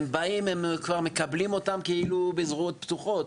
כשהם באים כבר מקבלים אותם בזרועות פתוחות.